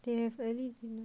they have early dinner